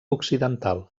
occidental